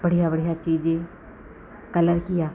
बढ़िया बढ़िया चीज़ें कलर किया